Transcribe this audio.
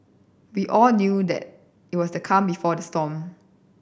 we all knew that it was the calm before the storm